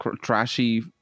trashy